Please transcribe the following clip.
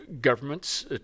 governments